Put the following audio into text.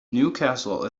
newcastle